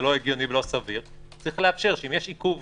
זה לא הגיוני ולא סביר יש לאפשר שאם יש עיכוב